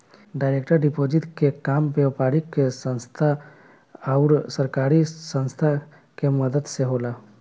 direct deposit के काम व्यापारिक संस्था आउर सरकारी संस्था के मदद से होला